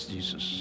Jesus